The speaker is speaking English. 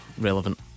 relevant